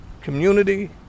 community